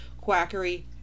quackery